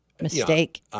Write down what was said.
mistake